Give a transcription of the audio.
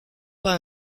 pas